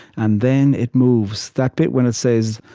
and then it moves that bit when it says,